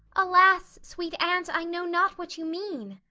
alas, sweet aunt, i know not what you mean.